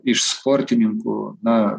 iš sportininkų na